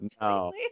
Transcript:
no